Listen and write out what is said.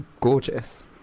gorgeous